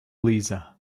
lisa